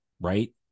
right